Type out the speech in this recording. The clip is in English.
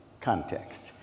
context